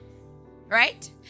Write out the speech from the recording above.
Right